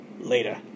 Later